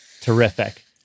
Terrific